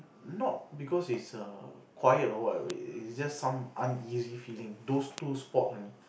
not because it's err quiet or what is just some uneasy feeling those two spot only